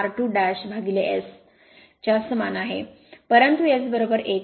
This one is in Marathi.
r2S च्या समान आहे परंतु S 1